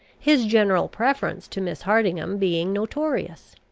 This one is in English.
his general preference to miss hardingham being notorious.